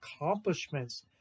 accomplishments